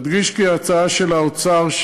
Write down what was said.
אדגיש כי ההצעה של האוצר,